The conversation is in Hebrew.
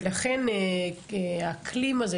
ולכן האקלים הזה,